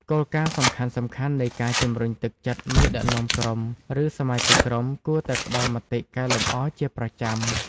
គោលការណ៍សំខាន់ៗនៃការជំរុញទឹកចិត្តមេដឹកនាំក្រុម ឬសមាជិកក្រុមគួរតែផ្ដល់មតិកែលម្អជាប្រចាំ។